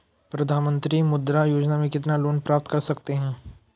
प्रधानमंत्री मुद्रा योजना में कितना लोंन प्राप्त कर सकते हैं?